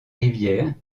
rivière